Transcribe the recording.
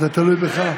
זה תלוי בך.